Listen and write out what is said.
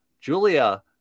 Julia